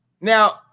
Now